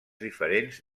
diferents